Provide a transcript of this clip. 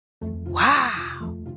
Wow